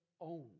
own